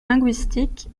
linguistique